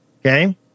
Okay